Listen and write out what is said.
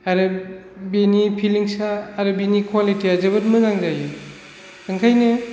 आरो बिनि फिलिंस आ बिनि क्वालिटि आ जोबोद मोजां जायो बेनिखायनो